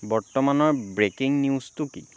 বৰ্তমানৰ ব্ৰেকিং নিউজটো কি